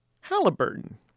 Halliburton